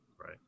Right